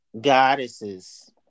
goddesses